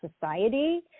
society